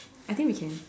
I think we can